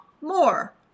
more